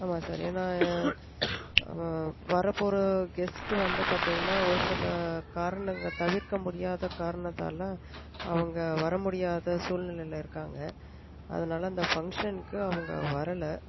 ஆமாம் சார் ஏன்னா வரப் போகிற கெஸ்ட்டு வந்து பார்த்திங்கன்னா ஒரு சில காரணங்கள் தவிர்க்க முடியாத காரணத்தால் அவங்க வர முடியாத சூழ்நிலையில் இருக்காங்கள் அதனால் அந்த ஃபங்ஷனுக்கு அவங்க வரலை